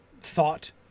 thought